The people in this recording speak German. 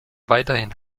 weiterhin